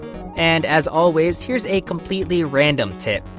and as always, here's a completely random tip,